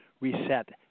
reset